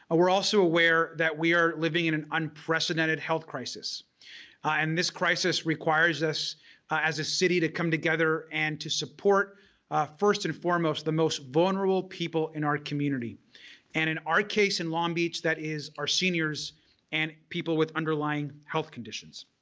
ah we're also aware that we are living in an unprecedented health crisis and this crisis requires us as a city to come together and to support first and foremost the most vulnerable people in our community and in our case in long beach that is our seniors and people with underlying underlying health conditions.